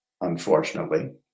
unfortunately